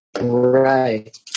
Right